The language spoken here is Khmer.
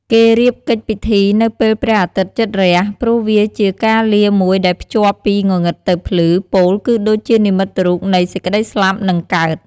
គេរៀបកិច្ចពិធីនៅពេលព្រះអាទិត្យជិតរះ ព្រោះវាជាការលាមួយដែលភ្ជាប់ពីងងឹតទៅភ្លឺ ពោលគឺដូចជានិមិត្តរូបនៃ សេចក្តីស្លាប់ និងកើត។